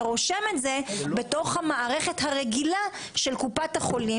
אתה רושם את זה בתוך המערכת הרגילה של קופת החולים,